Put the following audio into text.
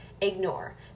ignore